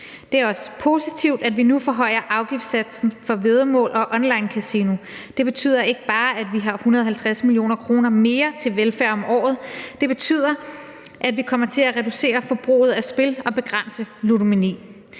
Det er også positivt, at vi nu forhøjer afgiftssatsen for væddemål og onlinekasino. Det betyder ikke bare, at vi har 150 mio. kr. mere til velfærd om året, men det betyder også, at vi kommer til at reducere forbruget af spil og begrænse ludomani.